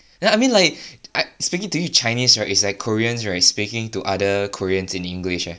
then I mean like I speaking to you in chinese right is a koreans right speaking to other koreans in english leh